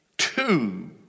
Two